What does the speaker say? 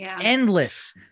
endless